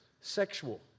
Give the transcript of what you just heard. sexual